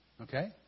okay